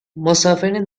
مسافرین